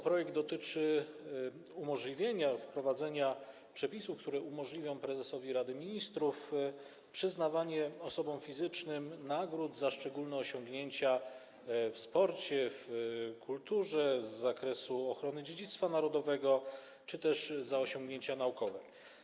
Projekt dotyczy wprowadzenia przepisów, które umożliwią prezesowi Rady Ministrów przyznawanie osobom fizycznym nagród za szczególne osiągnięcia w sporcie, w kulturze, z zakresu ochrony dziedzictwa narodowego czy też za osiągnięcia naukowe.